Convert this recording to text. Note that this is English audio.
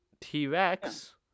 T-Rex